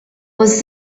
was